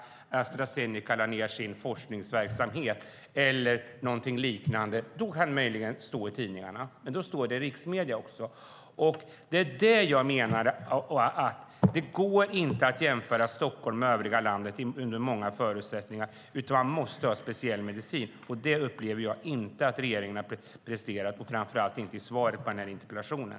Det skulle vara när Astra Zeneca lade ned sin forskningsverksamhet eller något liknande. Då kan det möjligen stå i tidningarna, men då står det också i riksmedierna. Det går i många avseenden inte att jämföra Stockholm med övriga landet. Man måste ha en speciell medicin här. Det upplever jag inte att regeringen har presterat, framför allt inte i svaret på interpellationen.